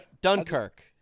Dunkirk